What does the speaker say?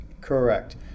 correct